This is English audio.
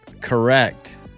Correct